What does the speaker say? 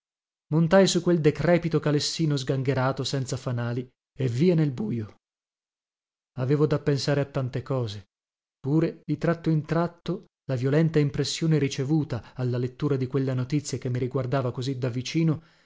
montai su quel decrepito calessino sgangherato senza fanali e via nel buio avevo da pensare a tante cose pure di tratto in tratto la violenta impressione ricevuta alla lettura di quella notizia che mi riguardava così da vicino